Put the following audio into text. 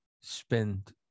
spend